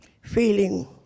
feeling